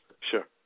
Sure